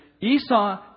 Esau